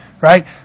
right